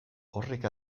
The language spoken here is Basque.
horrek